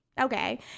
okay